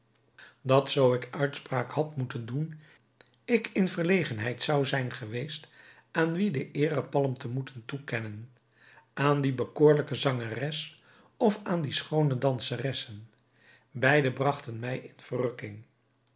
dat zoo ik uitspraak had moeten doen ik in verlegenheid zou zijn geweest aan wie den eerepalm te moeten toekennen aan die bekoorlijke zangsters of aan die schoone danseressen beide bragten mij in verrukking